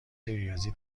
ریاضی